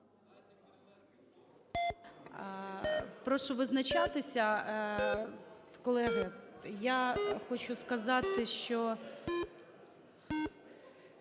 Прошу визначатися. Колеги, я хочу сказати, що…